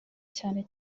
cyane